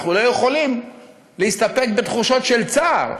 אנחנו לא יכולים להסתפק בתחושת צער,